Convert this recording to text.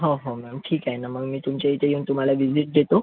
हो हो मॅम ठीक आहे ना मग मी तुमच्या इथे येऊन तुम्हाला व्हिजीट देतो